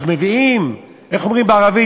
אז מביאים, איך אומרים בערבית?